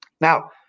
Now